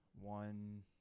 one